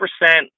percent